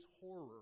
horror